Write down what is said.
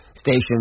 station